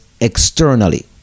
externally